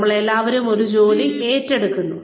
നമ്മൾ എല്ലാവരും ഒരു ജോലി ഏറ്റെടുക്കുന്നു